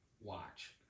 watch